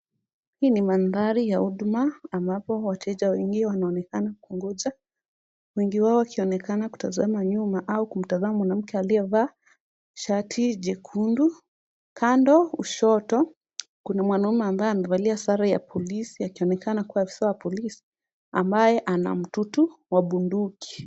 Hii ni maandhari ya huduma ambapo wateja wengi wanaonekana kungonja. Wengi wao wakionekana kutazama nyuma au kumtazama mwanamke aliyevaa shati jekundu. Kando kushoto kuna mwanamume ambaye amevalia sare ya polisi akionekana kuwa afisa wa polisi ambaye ana mtutu wa bunduki.